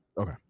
okay